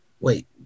Wait